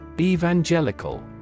Evangelical